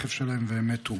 ברכב שלהם ומתו.